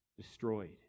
destroyed